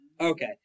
Okay